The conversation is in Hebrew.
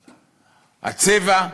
הצבע?